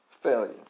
failure